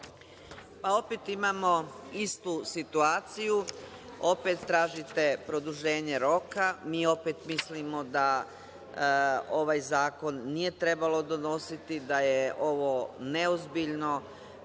Opet imamo istu situaciju. Opet tražite produženje roka. Mi opet mislimo da ovaj zakon nije trebalo donositi, da je ovo neozbiljno,